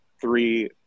three